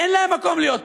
אין להם מקום להיות פה.